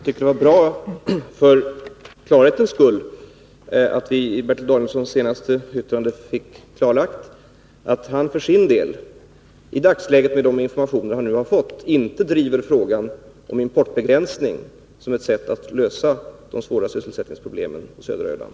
Fru talman! För klarhetens skull är det bra att vi i och med Bertil Danielssons senaste yttrande fick fastställt att han för sin del i dagsläget och med utgångspunkt i de informationer han fått inte ser importbegränsning som ett sätt att lösa de svåra sysselsättningsproblemen på södra Öland.